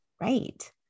Right